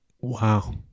Wow